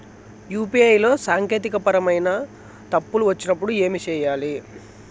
UPI లో సాంకేతికపరమైన పరమైన తప్పులు వచ్చినప్పుడు ఏమి సేయాలి